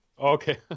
Okay